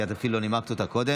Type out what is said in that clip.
כי את אפילו לא נימקת אותה קודם.